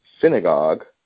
synagogue